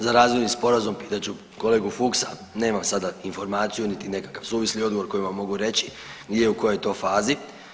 Za razvojni sporazum pitat ću kolegu Fuchsa, nemam sada informaciju niti nekakav suvisli odgovor koji vam mogu reći gdje, u kojoj je to fazi.